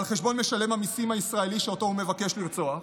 חשבון משלם המיסים הישראלי שהוא מבקש לרצוח.